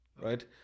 right